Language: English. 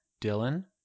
Dylan